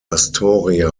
astoria